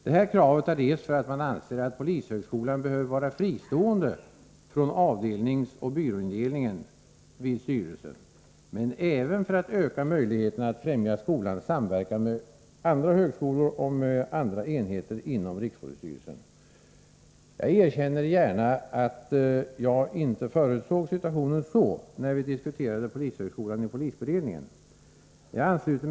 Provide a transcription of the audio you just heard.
; Detta, krav framförs, dels för att, man; anser; att, polishögskolan, behöver vara fristående frånavdelnings--och byråindelningenivid styrelsen, dels för att öka möjligher ternacatt, SERSEESSL SE SR rr Aso AE andra-högskolor, och, med andra enheter, inom rikspolisstyrelsen. .,1önqqu bss 22iv I smionilutv ki nJagoerkänner, gärna, att jag: + såg>situationen, så, när; vi iadiplsölesade Polishögskolan i polisberedningen:Jag ansluter.